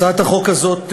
הצעת החוק הזאת,